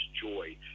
joy